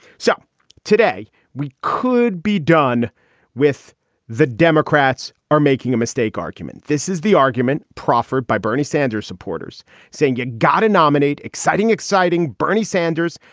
so today we could be done with the democrats are making a mistake argument. this is the argument proffered by bernie sanders supporters saying you gotta nominate exciting, exciting bernie sanders,